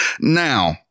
Now